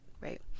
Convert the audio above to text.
right